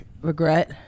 regret